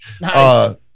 Nice